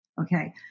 okay